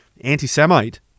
anti-Semite